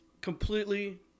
completely